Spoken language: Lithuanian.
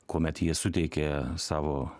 kuomet jie suteikė savo